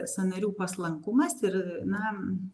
sąnarių paslankumas ir na